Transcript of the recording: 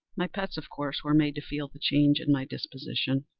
my pets, of course, were made to feel the change in my disposition.